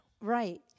Right